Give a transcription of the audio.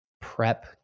prep